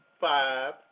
five